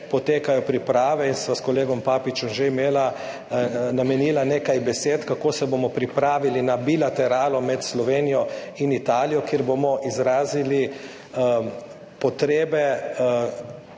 potekajo priprave in sva s kolegom Papičem že namenila nekaj besed temu, kako se bomo pripravili na bilateralo med Slovenijo in Italijo, kjer bomo izrazili potrebe